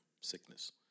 sickness